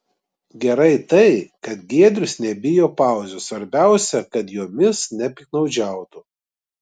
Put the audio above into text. gerai tai kad giedrius nebijo pauzių svarbiausia kad jomis nepiktnaudžiautų